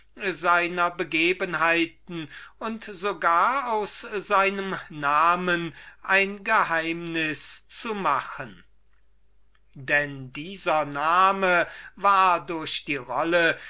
seiner begebenheiten und sogar von seinem namen ein geheimnis zu machen denn sein name war durch die rolle